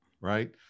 Right